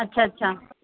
अच्छा अच्छा